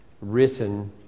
written